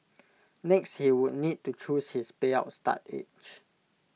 next he would need to choose his payout start age